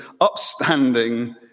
upstanding